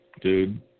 dude